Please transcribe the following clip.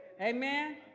Amen